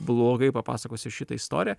blogai papasakosiu šitą istoriją